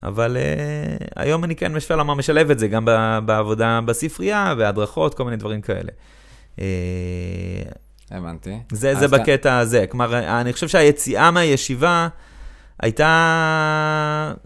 אבל היום אני כן משווה לומר, משלב את זה גם בעבודה בספרייה, בהדרכות, כל מיני דברים כאלה. הבנתי. זה בקטע הזה, כלומר, אני חושב שהיציאה מהישיבה הייתה...